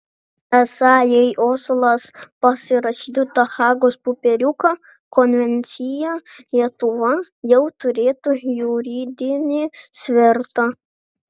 esą jei oslas pasirašytų tą hagos popieriuką konvenciją lietuva jau turėtų juridinį svertą